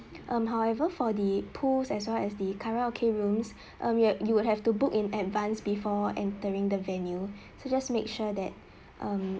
um however for the pools as well as the karaoke rooms um you wo~ you would have to book in advance before entering the venue so just make sure that um